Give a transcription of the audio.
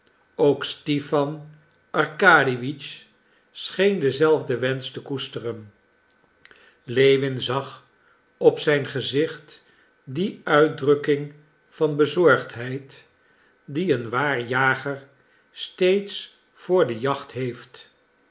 ook stipan arkadiewitsch scheen dezelfden wensch te koesteren lewin zag op zijn gezicht die uitdrukking van bezorgdheid die een waar jager steeds vr de jacht heeft